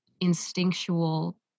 instinctual